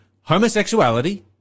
homosexuality